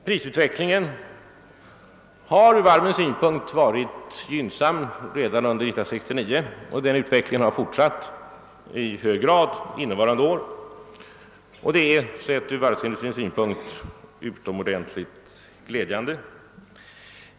Prisutvecklingen var ur varvens synpunkt gynnsam redan under 1969, och den utvecklingen har fortsatt i hög grad innevarande år. Detta är utomordentligt glädjande för varven.